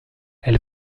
elle